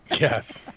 yes